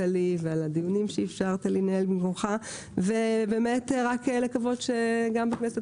לי ועל הדיונים שאפשרת לי לנהל במקומך ולקוות שבכנסת